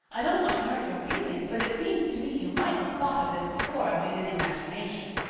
i don't want to hurt your feelings but it seems to me you might have thought of this before if you'd any imagination.